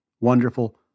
wonderful